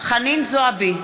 חנין זועבי,